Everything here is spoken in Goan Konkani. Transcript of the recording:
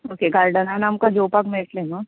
ओके गार्डनान आमकां जेवपाक मेळटलें न्हू